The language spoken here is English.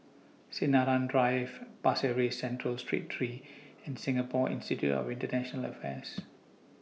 Sinaran Drive Pasir Ris Central Street three and Singapore Institute of International Affairs